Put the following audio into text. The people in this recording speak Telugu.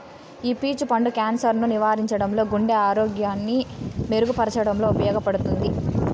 ఈ పీచ్ పండు క్యాన్సర్ ను నివారించడంలో, గుండె ఆరోగ్యాన్ని మెరుగు పరచడంలో ఉపయోగపడుతుంది